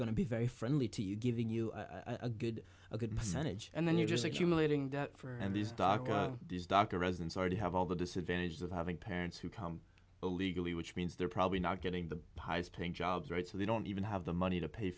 going to be very friendly to you giving you a good a good percentage and then you're just accumulating debt for and these dark days dr residence already have all the disadvantages of having parents who come illegally which means they're probably not getting the highest paying jobs right so they don't even have the money to pay